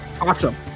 Awesome